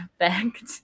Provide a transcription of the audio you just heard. effect